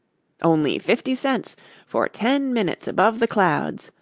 only fifty cents for ten minutes above the clouds,